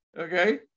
okay